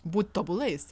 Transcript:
būti tobulais